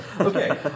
Okay